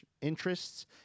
interests